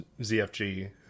ZFG